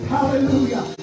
Hallelujah